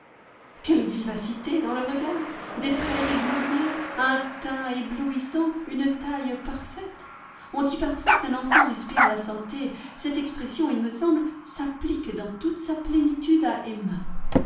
quelle vivacité dans le regard des traits réguliers un teint éblouissant une taille parfaite on dit parfois qu'un enfant respire la santé cette expression il me semble s'applique dans toute sa plénitude à emma